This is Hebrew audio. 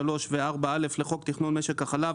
(3) ו-(4א) לחוק תכנון משק החלב,